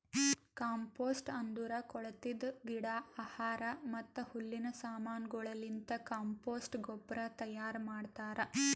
compost ಅಂದುರ್ ಕೊಳತಿದ್ ಗಿಡ, ಆಹಾರ ಮತ್ತ ಹುಲ್ಲಿನ ಸಮಾನಗೊಳಲಿಂತ್ ಕಾಂಪೋಸ್ಟ್ ಗೊಬ್ಬರ ತೈಯಾರ್ ಮಾಡ್ತಾರ್